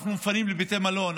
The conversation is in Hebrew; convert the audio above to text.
אנחנו מפנים לבתי מלון,